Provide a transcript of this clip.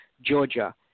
Georgia